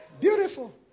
Beautiful